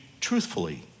truthfully